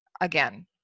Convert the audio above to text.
again